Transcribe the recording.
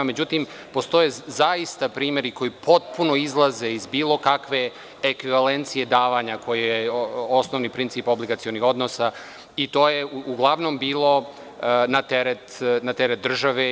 Međutim, postoje primeri koji potpuno izlaze iz bilo kakve ekvivalencije davanja, koja je osnovni princip obligacionih odnosa, i to je uglavnom bilo na teret države.